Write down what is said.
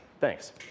Thanks